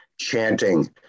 chanting